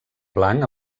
blanc